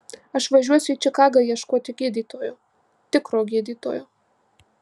aš važiuosiu į čikagą ieškoti gydytojo tikro gydytojo